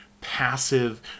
passive